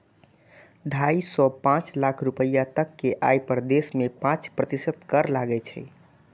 ढाइ सं पांच लाख रुपैया तक के आय पर देश मे पांच प्रतिशत कर लागै छै